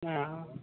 हँ